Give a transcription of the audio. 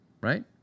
right